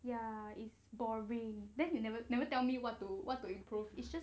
ya it's boring then you never never tell me what to what to improve its just